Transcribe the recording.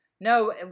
No